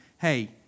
hey